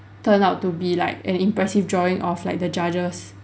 turn out to be like an impressive drawing of like the judges